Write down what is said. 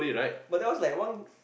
but that was like one